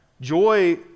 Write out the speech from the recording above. Joy